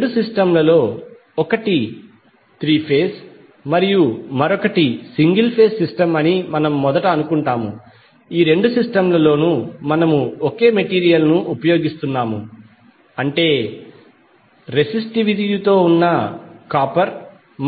రెండు సిస్టమ్ లలో ఒకటి త్రీ ఫేజ్ మరియు మరొకటి సింగిల్ ఫేజ్ సిస్టమ్ అని మనము మొదట అనుకుంటాము ఈ రెండు సిస్టమ్ లలో నూ మనము ఒకే మెటీరీయల్ ను ఉపయోగిస్తున్నాము అంటే అదే రెసిస్టివిటీతో ఉన్న కాపర్